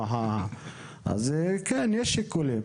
יש שיקולים.